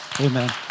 Amen